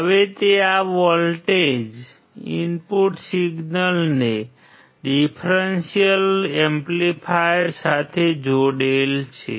હવે તે આ વોલ્ટેજ ઇનપુટ સિગ્નલને ડીફ્રેન્શિઅલ એમ્પ્લીફાયર સાથે જોડે છે